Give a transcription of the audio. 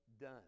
done